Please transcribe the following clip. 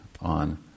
on